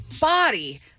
body